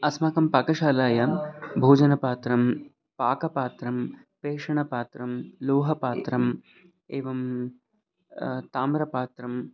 अस्माकं पाकशालायां भोजनपात्रं पाकपात्रं पेषणपात्रं लोहपात्रम् एवं ताम्रपात्रम्